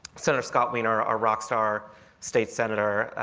senator scott wiener, our ah rock star state senator,